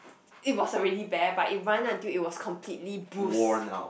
it was already bare but it run until it was completely bruised